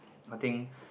I think